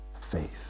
faith